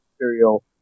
material